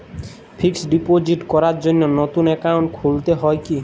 Fix deposit করার জন্য নতুন অ্যাকাউন্ট খুলতে হয় কী?